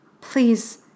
Please